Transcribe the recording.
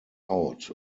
out